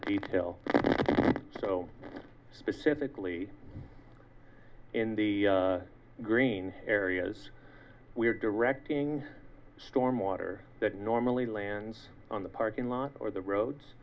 detail so specifically in the green areas we're directing storm water that normally lands on the parking lot or the roads